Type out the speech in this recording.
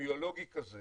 אפידמיולוגי כזה